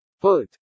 Put